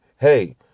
hey